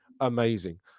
amazing